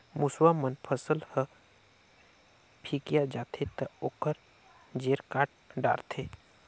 मूसवा मन फसल ह फिकिया जाथे त ओखर जेर काट डारथे